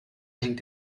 hängt